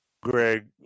greg